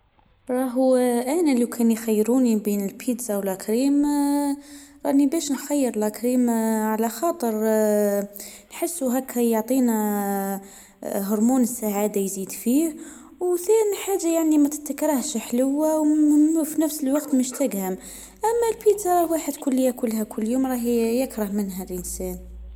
وهو انا لكان يخيروني بين البيتزا ولا كريم راني باش نخير لكريم على خاطر نحسو هاكا يعطينا هرمون السعادة يزيد فيه وثان حاجه منكرهش حلوه وفي نفس الوقت مشتاجها .اما البيتزاالواحد كي ياكلها كل يوم راه يكره منها الإنسان.